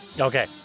Okay